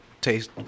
taste